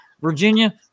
Virginia